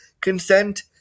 consent